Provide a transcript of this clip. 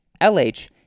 LH